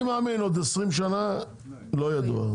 אני מאמין שבעוד 20 שנים לא יהיה דואר.